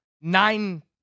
nine